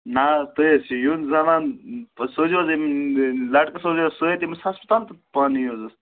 نہ حظ تُہۍ حظ چھِ یُن زَنان سوٗزِو حظ أمۍ لٹکہٕ سوٗزِو حظ سۭتۍ أمِس ہَسپَتال تہٕ پانہٕ یِیِو